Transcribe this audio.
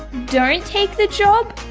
don't take the job!